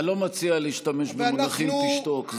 ושנית, אני לא מציע להשתמש במונחים "תשתוק".